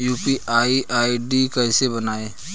UPI ID कैसे बनाएं?